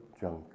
junk